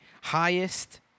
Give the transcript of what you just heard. Highest